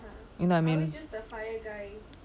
you know what I mean